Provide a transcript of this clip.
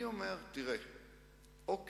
עזוב.